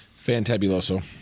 fantabuloso